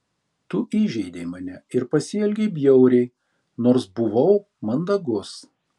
tu įžeidei mane ir pasielgei bjauriai nors buvau mandagus